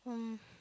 um